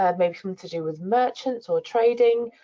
ah maybe something to do with merchants or trading.